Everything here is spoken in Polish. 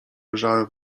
leżałem